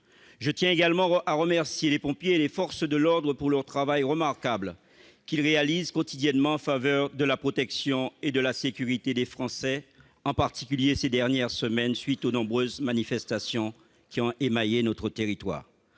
Je tiens également à remercier les pompiers et les forces de l'ordre pour le travail remarquable qu'ils réalisent quotidiennement en faveur de la protection et de la sécurité des Français, en particulier ces dernières semaines, à la suite des nombreuses manifestations qui ont émaillé notre territoire.